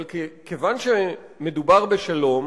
אבל כיוון שמדובר בשלום,